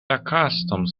accustomed